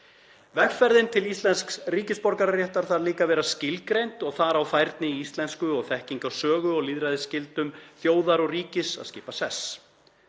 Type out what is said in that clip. Vegferðin til íslensks ríkisborgararéttar þarf líka að vera skilgreind og þar á færni í íslensku og þekking á sögu og lýðræðisgildum þjóðar og ríkis að skipa sess.